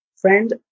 friend